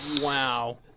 Wow